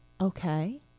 Okay